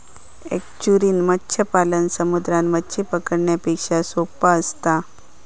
estuarine मत्स्य पालन समुद्रात मच्छी पकडण्यापेक्षा सोप्पा असता